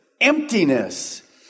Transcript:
emptiness